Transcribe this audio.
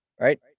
right